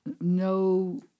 no